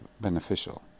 beneficial